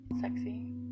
Sexy